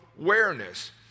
awareness